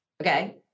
okay